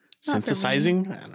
synthesizing